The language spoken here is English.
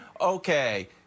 Okay